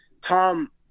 Tom